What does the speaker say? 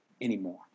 anymore